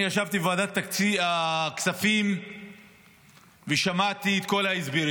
אני ישבתי בוועדת הכספים ושמעתי את כל ההסברים.